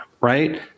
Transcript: right